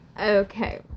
Okay